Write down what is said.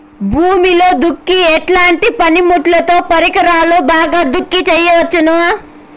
భూమిలో దుక్కి ఎట్లాంటి పనిముట్లుతో, పరికరాలతో బాగా దుక్కి చేయవచ్చున?